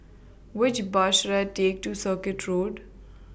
Which Bus should I Take to Circuit Road